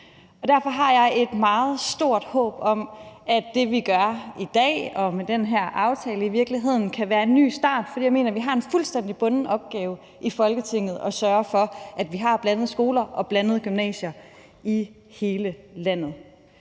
Derfor har jeg et meget stort håb om, at det, vi gør i dag med den her aftale, i virkeligheden kan være en ny start. For jeg mener, vi har en fuldstændig bunden opgave i Folketinget med at sørge for, at vi har blandede skoler og blandede gymnasier i hele landet.